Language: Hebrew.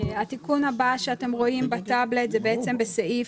התיקון הבא שאתם רואים בטאבלט זה בעצם בסעיף